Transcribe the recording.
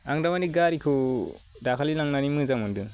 आं दा मानि गारिखौ दाखालै लांनानै मोजां मोनदों